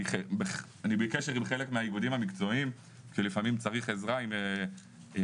אני בקשר עם חלק מהאיגודים המקצועיים כשלפעמים צריך עזרה עם עולה